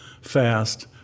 fast